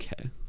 Okay